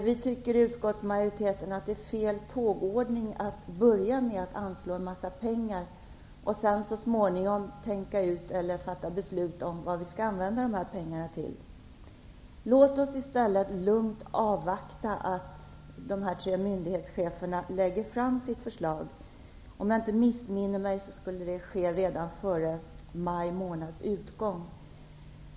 Vi i utskottsmajoriteten tycker att det är fel tågordning att börja med att anslå en massa pengar och sedan så småningom tänka ut vad vi skall använda pengarna till. Låt oss i stället lugnt avvakta att de tre myndighetscheferna lägger fram sitt förslag. Om jag inte missminner mig skulle det ske redan före maj månads utgång.